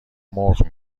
مرغ